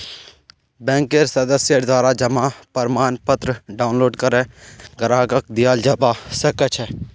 बैंकेर सदस्येर द्वारा जमा प्रमाणपत्र डाउनलोड करे ग्राहकक दियाल जबा सक छह